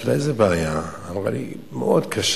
חשבתי, איזו בעיה, היא אמרה: מאוד קשה.